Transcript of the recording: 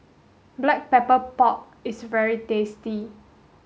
black pepper pork is very tasty